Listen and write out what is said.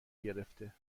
گرفته